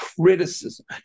criticism